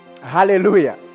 hallelujah